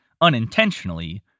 unintentionally